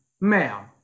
ma'am